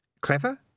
clever